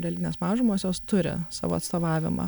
religinės mažumos jos turi savo atstovavimą